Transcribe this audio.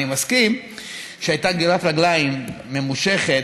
אני מסכים שהייתה גרירת רגליים ממושכת.